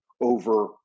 over